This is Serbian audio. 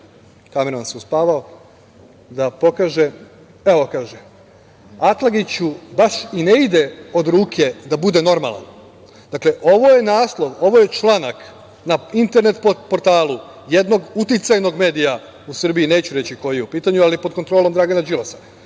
kamermana da pokaže: „Atlagiću baš i ne ide od ruke da bude normalan“. Dakle, ovo je naslov, ovo je članak na internet portalu jednog uticajnog medija u Srbiji, neću reći koji je u pitanju, ali pod kontrolom Dragana Đilasa: